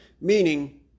Meaning